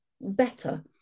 better